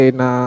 na